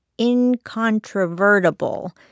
incontrovertible